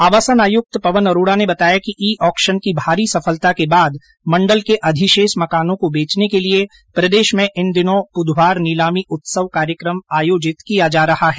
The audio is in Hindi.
आवासन आयुक्त पवन अरोड़ा ने बताया कि ई ऑक्शन की भारी सफलता के बाद मंडल के अधिशेष मकानों को बेचने के लिए प्रदेश में इन दिनों बुधवार नीलामी उत्सव कार्यक्रम आयोजित किया जा रहा है